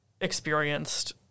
experienced